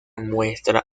muestra